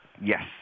Yes